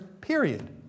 period